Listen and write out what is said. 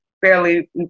fairly